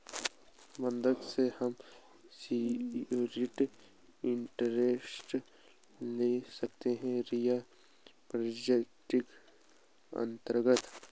बंधक से हम सिक्योरिटी इंटरेस्ट ले सकते है रियल प्रॉपर्टीज के अंतर्गत